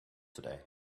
today